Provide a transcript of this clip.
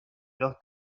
los